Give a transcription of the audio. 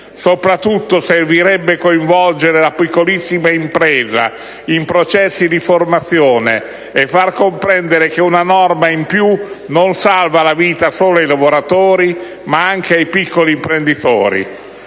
soprattutto, servirebbe coinvolgere la piccolissima impresa in processi di formazione, e far comprendere che una norma in più non salva la vita solo ai lavoratori, ma anche ai piccoli imprenditori.